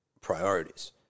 priorities